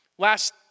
Last